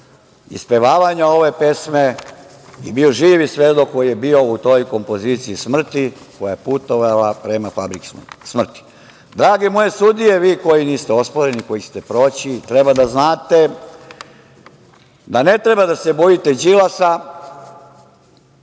ispevanja ove pesme, je bio živi svedok koji je bio u toj kompoziciji smrti koja je putovala prema fabrici smrti. Drage moje sudije, vi koji niste osporeni, vi koji ćete proći, treba da znate da ne treba da se bojite Đilasa